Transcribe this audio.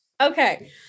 okay